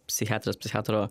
psichiatrės psichiatro